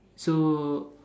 so